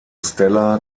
stella